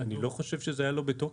אני לא חושב שזה היה לא בתוקף.